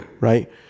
right